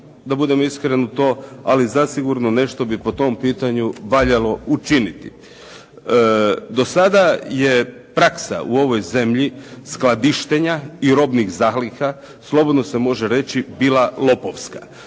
da budem iskren u to, ali zasigurno nešto bi po tom pitanju valjalo učiniti. Do sada je praksa u ovoj zemlji skladištenja i robnih zaliha, slobodno se može reći bila lopovska.